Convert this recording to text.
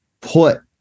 put